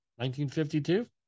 1952